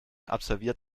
absolviert